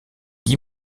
guy